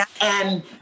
And-